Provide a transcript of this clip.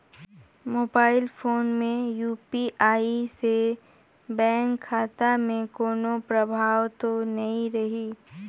Mobile phone मे UPI से bank खाता मे कोनो प्रभाव तो नइ रही?